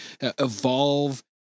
evolve